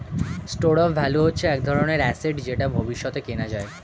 store of value হচ্ছে এক ধরনের অ্যাসেট যেটা ভবিষ্যতে কেনা যায়